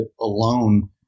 alone